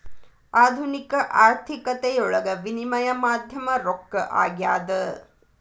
ಆಧುನಿಕ ಆರ್ಥಿಕತೆಯೊಳಗ ವಿನಿಮಯ ಮಾಧ್ಯಮ ರೊಕ್ಕ ಆಗ್ಯಾದ